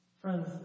Friends